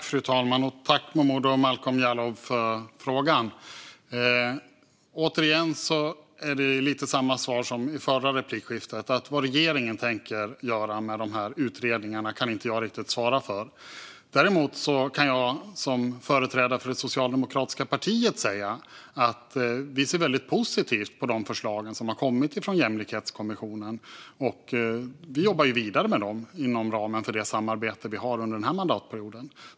Fru talman! Jag tackar Momodou Malcolm Jallow för frågorna. Jag ger samma svar som i förra replikskiftet, nämligen att jag inte kan svara på vad regeringen tänker göra med utredningarna. Däremot kan jag som företrädare för det socialdemokratiska partiet säga att vi ser positivt på de förslag som har kommit från Jämlikhetskommissionen och att vi jobbar vidare med dem inom ramen för det samarbete vi har under den här mandatperioden.